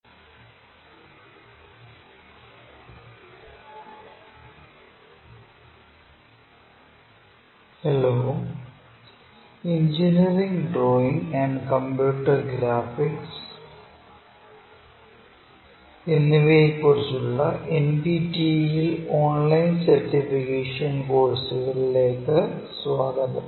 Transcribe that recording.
orthographic projection II part 9 hello engineering drawing and computer graphics എന്നിവയെക്കുറിച്ചുള്ള NPTEL online certification കോഴ്സുകളിലേക്ക് സ്വാഗതം